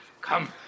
Come